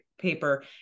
paper